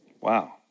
Wow